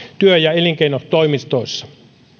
työ ja elinkeinotoimistoissa